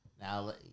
Now